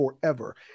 forever